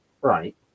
Right